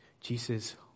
Jesus